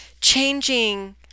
changing